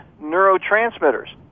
neurotransmitters